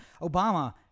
Obama